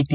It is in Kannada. ಟಿ